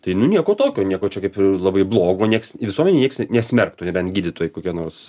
tai nu nieko tokio nieko čia kaip ir labai blogo nieks visuomenėj nieks net nesmerktų nebent gydytojai kokie nors